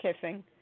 kissing